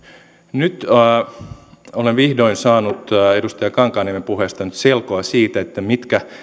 nyt olen vihdoin saanut edustaja kankaanniemen puheesta selkoa siihen mitkä